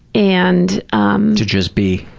and um to just be,